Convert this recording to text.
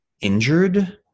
injured